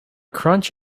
crunch